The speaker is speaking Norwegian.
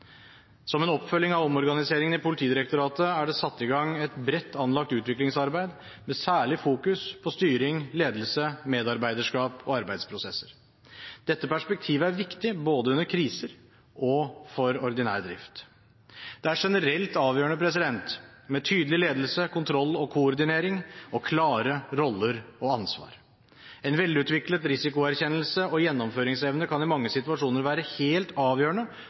Som en oppfølging av omorganiseringen i Politidirektoratet er det satt i gang et bredt anlagt utviklingsarbeid, med særlig fokus på styring, ledelse, medarbeiderskap og arbeidsprosesser. Dette perspektivet er viktig både under kriser og for ordinær drift. Det er generelt avgjørende med tydelig ledelse, kontroll og koordinering og klare roller og ansvar. En velutviklet risikoerkjennelse og gjennomføringsevne kan i mange situasjoner være helt avgjørende